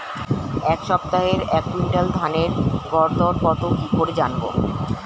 এই সপ্তাহের এক কুইন্টাল ধানের গর দর কত কি করে জানবো?